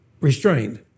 restrained